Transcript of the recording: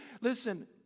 listen